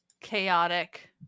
chaotic